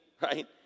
right